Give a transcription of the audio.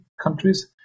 countries